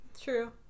True